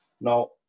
Now